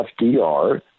FDR